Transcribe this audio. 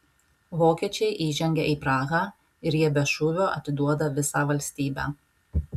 vokiečiai įžengia į prahą ir jie be šūvio atiduoda visą valstybę